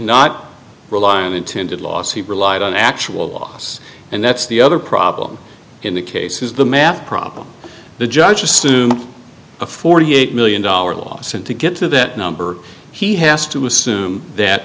not rely on intended loss he relied on actual loss and that's the other problem in the case is the math problem the judge assume a forty eight million dollars loss and to get to that number he has to assume that